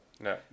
no